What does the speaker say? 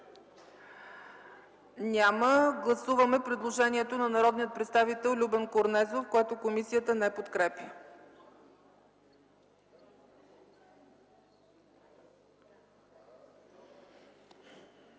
няма. Гласуваме предложението на народния представител Христо Бисеров, което комисията не подкрепя.